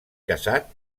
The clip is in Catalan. casat